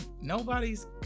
nobody's